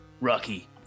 Rocky